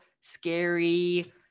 scary